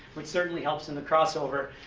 which certainly helps in the crossover,